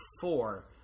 four